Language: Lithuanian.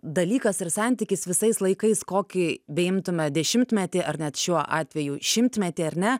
dalykas ir santykis visais laikais kokį beimtume dešimtmetį ar net šiuo atveju šimtmetį ar ne